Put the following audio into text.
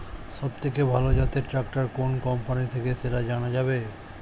সবথেকে ভালো জাতের ট্রাক্টর কোন কোম্পানি থেকে সেটা জানা যাবে?